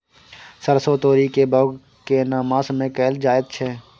सरसो, तोरी के बौग केना मास में कैल जायत छै?